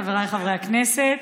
חבריי חברי הכנסת,